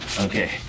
Okay